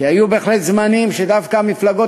כי היו בהחלט זמנים שדווקא המפלגות